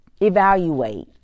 evaluate